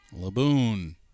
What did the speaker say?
Laboon